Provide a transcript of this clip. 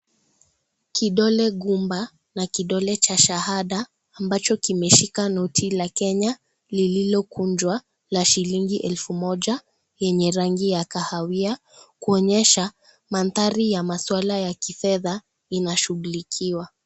Kidole gumba na kidole cha shahada ambacho kimeshika noti la Kenya lililokunchwa la shilingi elfu moja yenye rangi ya kahawia kuonyesha mandhari ya maswala ya kifedha inashughulikiwa.